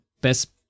best